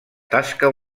tasca